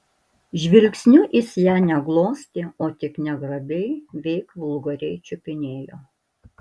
žvilgsniu jis ją ne glostė o tik negrabiai veik vulgariai čiupinėjo